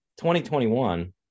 2021